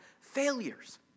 failures